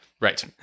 Right